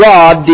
God